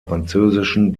französischen